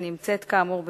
שנמצאת כאמור במשרדנו,